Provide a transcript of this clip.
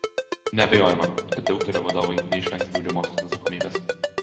neabejojama kad deuterio vadovai neišvengs baudžiamosios atsakomybės